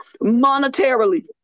monetarily